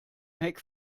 heck